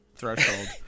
threshold